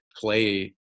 play